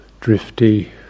drifty